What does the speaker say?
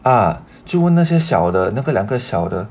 啊就问那些小的那个两个小